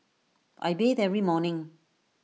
I bathe every morning